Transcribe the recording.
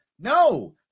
No